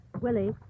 Willie